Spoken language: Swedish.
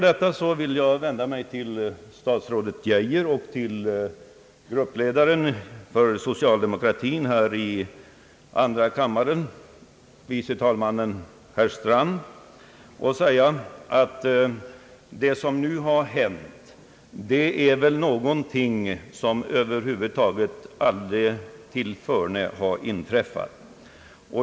Därefter vill jag vända mig till statsrådet Geijer och till gruppledaren för socialdemokraterna här i kammaren, herr förste vice talmannen Strand, och säga att det som nu har hänt är någonting som över huvud taget aldrig tillförne har inträffat.